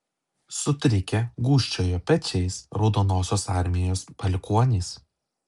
sutrikę gūžčiojo pečiais raudonosios armijos palikuonys